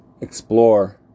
explore